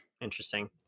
Interesting